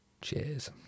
Cheers